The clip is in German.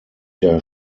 der